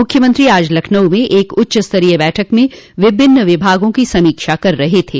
मुख्यमंत्री आज लखनऊ में एक उच्चस्तरीय बैठक में विभिन्न विभागों की समीक्षा कर रहे थे